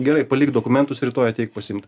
gerai palik dokumentus rytoj ateik pasiimt